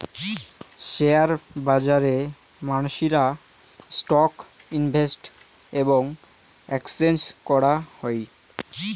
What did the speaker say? share বাজারে মানসিরা stock invest এবং এক্সচেঞ্জ করাং হই